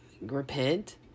repent